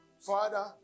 Father